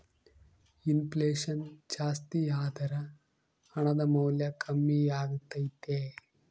ಇನ್ ಫ್ಲೆಷನ್ ಜಾಸ್ತಿಯಾದರ ಹಣದ ಮೌಲ್ಯ ಕಮ್ಮಿಯಾಗತೈತೆ